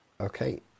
Okay